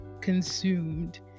consumed